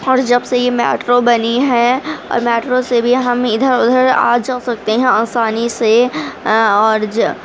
اور جب سے یہ میٹرو بنی ہے اور میٹرو سے بھی ہم ادھر ادھر آ جا سکتے ہیں آسانی سے اور جا